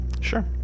sure